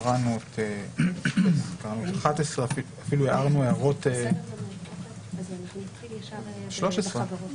בעצם עסקנו כבר בגוף התיקונים בנושא התאגידים בחוקים השונים